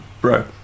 bro